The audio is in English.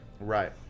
Right